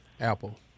apple